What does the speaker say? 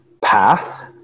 path